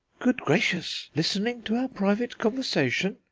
good gracious! listening to our private conversation!